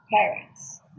parents